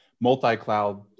multi-cloud